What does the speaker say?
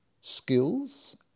skills